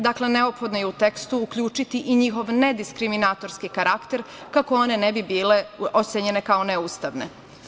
Dakle, neophodno je u tekstu uključiti i njihov nediskriminatorski karakter kako one ne bi bile ocenjene kao neustavne.